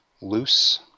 loose